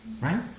Right